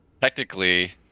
Technically